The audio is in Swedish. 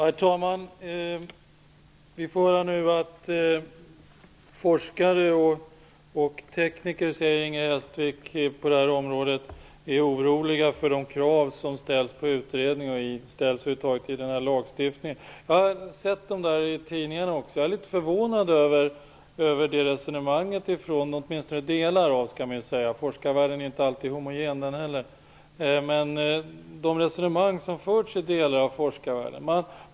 Herr talman! Inger Hestvik säger nu att forskare och tekniker på det här området är oroliga över de utredningskrav och andra krav som ställs i denna lagstiftning. Jag har också sett uppgifter om detta i tidningarna. Jag är litet förvånad över detta resonemang som förts från åtminstone delar av forskarvärlden -- den är inte rakt igenom homogen.